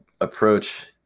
approach